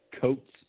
coats